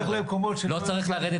קל מאוד ללכת למקומות --- לא צריך לרדת